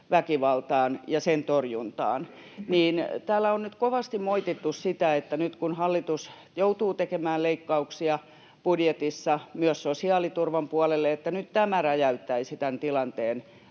nuorisoväkivaltaan ja sen torjuntaan, niin täällä on kovasti moitittu sitä, että nyt kun hallitus joutuu tekemään leikkauksia budjetissa myös sosiaaliturvan puolelle, niin tämä räjäyttäisi tämän tilanteen